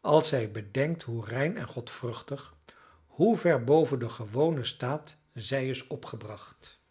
als zij bedenkt hoe rein en godvruchtig hoe ver boven den gewonen staat zij is opgebracht